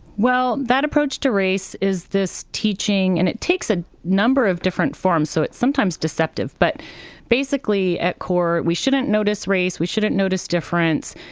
well, that approach to race is this teaching and it takes a number of different forms. so it's sometimes deceptive. but basically, at core, we shouldn't notice race. we shouldn't notice difference.